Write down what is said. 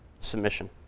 submission